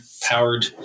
powered